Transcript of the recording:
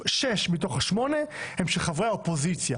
שש מתוך שמונה הן של חברי אופוזיציה.